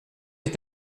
est